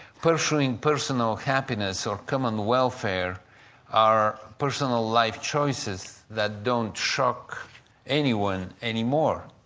pursuing personal happiness or common welfare are personal life choices that don't shock anyone anymore.